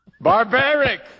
Barbaric